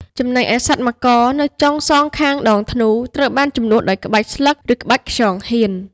ចំណែកឯសត្វមករនៅចុងសងខាងដងធ្នូ ត្រូវបានជំនួសដោយក្បាច់ស្លឹក ឬក្បាច់ខ្យងហៀន។